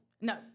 No